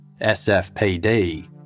SFPD